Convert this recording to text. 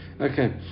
Okay